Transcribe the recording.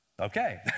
Okay